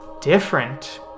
different